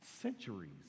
Centuries